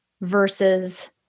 versus